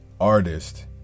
artist